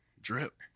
drip